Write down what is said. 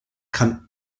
kann